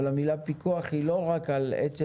אבל המילה "פיקוח" היא לא רק על עצם